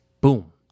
Boom